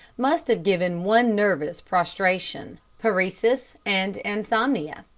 must have given one nervous prostration, paresis, and insomnia.